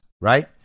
right